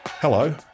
Hello